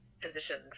positions